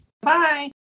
Bye